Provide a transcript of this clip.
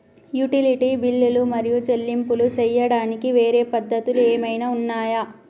Utility బిల్లులు మరియు చెల్లింపులు చేయడానికి వేరే పద్ధతులు ఏమైనా ఉన్నాయా?